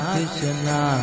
Krishna